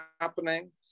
happening